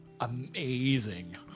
amazing